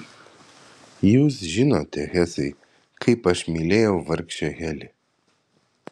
jūs žinote hesai kaip aš mylėjau vargšę heli